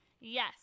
Yes